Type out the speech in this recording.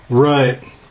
Right